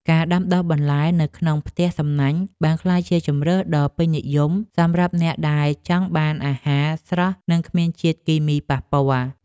ការដាំដុះបន្លែនៅក្នុងផ្ទះសំណាញ់បានក្លាយជាជម្រើសដ៏ពេញនិយមសម្រាប់អ្នកដែលចង់បានអាហារស្រស់និងគ្មានជាតិគីមីប៉ះពាល់។